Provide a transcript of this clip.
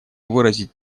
выразить